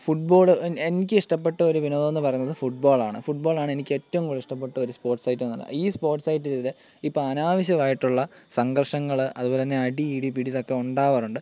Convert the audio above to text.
football എനിക്ക് ഇഷ്ടപ്പെട്ട ഒരു വിനോദമെന്ന് പറയുന്നത് ഫുട്ബോൾ ആണ് ഫുട്ബോൾ ആണ് എനിക്ക് ഏറ്റവും കൂടുതൽ ഇഷ്ടപ്പെട്ട ഒരു സ്പോർട്സ് ഐറ്റം എന്ന് പറയുന്നത് ഈ സ്പോർട്സ് ഐറ്റത്തിൽ ഇപ്പം അനാവശ്യമായിട്ടുള്ള സംഘർഷങ്ങൾ അതുപോലെ തന്നെ അടി ഇടി പിടി ഇതൊക്കെ ഉണ്ടാവാറുണ്ട്